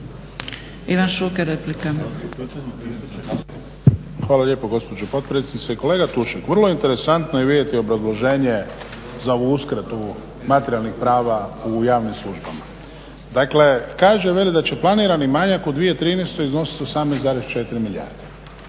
Ivan (HDZ)** Hvala lijepo gospođo potpredsjednice. Kolega Tušak vrlo interesantno je vidjeti obrazloženje za ovu uskratu materijalnih prava u javnim službama. Dakle, kaže, veli da će planirani manjak u 2013. iznositi 18,4 milijarde,